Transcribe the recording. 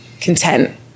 content